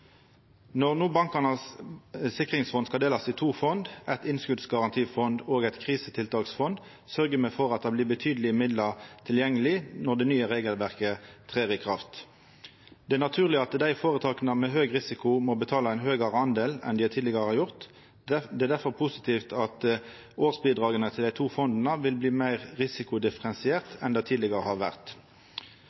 Når no Bankenes sikringsfond skal delast i to fond, eit innskotsgarantifond og eit krisetiltaksfond, sørgjer me for at det blir betydelege midlar tilgjengelege når det nye regelverket trer i kraft. Det er naturleg at føretaka med høg risiko må betala ein høgare del enn dei tidlegare har gjort, og det er derfor positivt at årsbidraga til dei to fonda vil bli meir risikodifferensierte enn dei tidlegare har vore.